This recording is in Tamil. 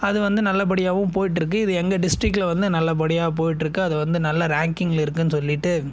அது வந்து நல்லபடியாகவும் போய்ட்ருக்கு இது எங்கள் டிஸ்டிக்கில் வந்து நல்லபடியாக போய்ட்ருக்கு அதை வந்து நல்ல ரேங்கிங்கில் இருக்குன்னு சொல்லிவிட்டு